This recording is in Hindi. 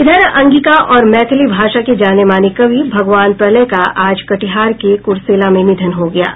इधर अंगिका और मैथिली भाषा के जानेमाने कवि भगवान प्रलय का आज कटिहार के कुरसेला में निधन हो गया है